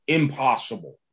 impossible